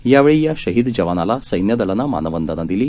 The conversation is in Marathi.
यावेळी या शहीद जवानाला सैन्यदलानं मानवंदना दिली